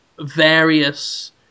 Various